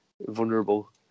vulnerable